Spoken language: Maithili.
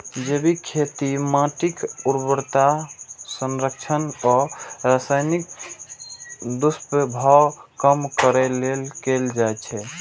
जैविक खेती माटिक उर्वरता संरक्षण आ रसायनक दुष्प्रभाव कम करै लेल कैल जाइ छै